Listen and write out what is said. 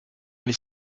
les